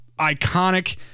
iconic